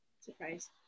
Surprise